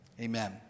Amen